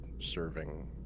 serving